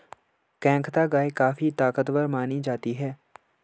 केंकथा गाय काफी ताकतवर मानी जाती है